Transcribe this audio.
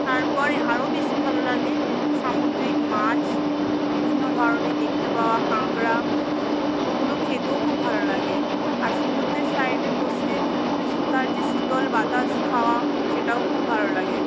তারপরে আরও বেশি ভালো লাগে সামুদ্রিক মাছ বিভিন্ন ধরনের দেখতে পাওয়া কাঁকড়া ওগুলো খেতেও খুব ভালো লাগে আর সমুদ্রের সাইডে বসে তার যে শীতল বাতাস খাওয়া সেটাও খুব ভালো লাগে